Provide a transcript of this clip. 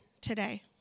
today